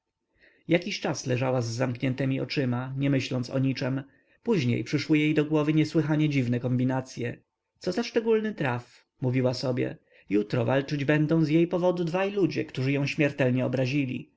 jakiś czas leżała z zamkniętemi oczyma nie myśląc o niczem potem przyszły jej do głowy niesłychanie dziwne kombinacje coza szczególny traf mówiła w sobie jutro walczyć będą z jej powodu dwaj ludzie którzy ją śmiertelnie obrazili